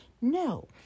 No